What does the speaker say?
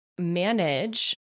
manage